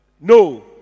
No